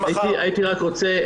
הייתי רק רוצה,